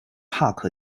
帕克